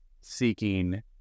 seeking